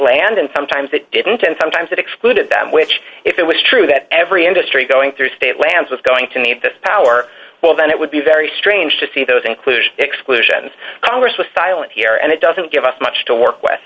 land and sometimes they didn't and sometimes that excluded them which if it was true that every industry going through state lands was going to need this power well then it would be very strange to see those inclusion exclusion congress was silent here and it doesn't give us much to work with